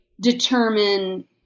determine